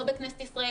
לא בכנסת ישראל,